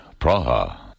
Praha